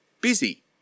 busy